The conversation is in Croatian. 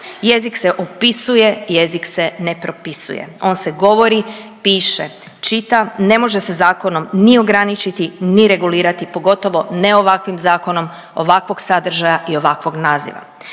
Jezik se opisuje, jezik se ne propisuje. On se govori, piše, čita. Ne može se zakonom ni ograničiti, ni regulirati pogotovo ne ovakvim zakonom ovakvog sadržaja i ovakvog naziva.